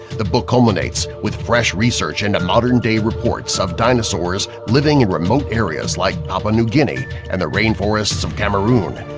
the book culminates with fresh research into modern day reports of dinosaurs living in remote areas like papua new guinea and the rainforests of cameroon.